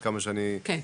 כן,